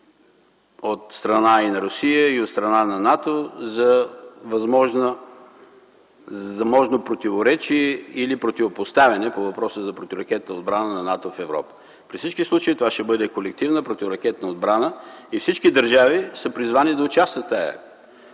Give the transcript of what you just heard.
от страна на Русия и НАТО за възможно противоречие или противопоставяне по въпроса за противоракетната отбрана на НАТО в Европа. При всички случаи това ще бъде колективна противоракетна отбрана и всички държави са призвани да участват.